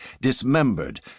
dismembered